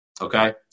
okay